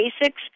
basics